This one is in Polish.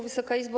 Wysoka Izbo!